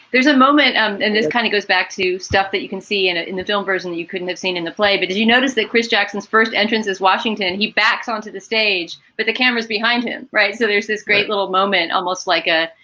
there's a moment and and it kind of goes back to stuff that you can see in it in the film version you couldn't have seen in the play. but did you notice that chris jackson's first entrance as washington, he backs onto the stage with the camera's behind him? right. so there's this great little moment, almost like a,